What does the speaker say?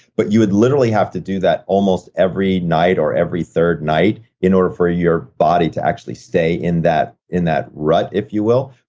but you would literally have to do that almost every night or every third night in order for your body to actually stay in that in that rut, if you will.